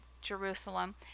Jerusalem